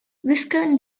viscount